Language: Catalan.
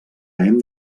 hem